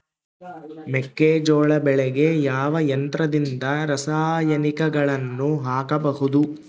ಮೆಕ್ಕೆಜೋಳ ಬೆಳೆಗೆ ಯಾವ ಯಂತ್ರದಿಂದ ರಾಸಾಯನಿಕಗಳನ್ನು ಹಾಕಬಹುದು?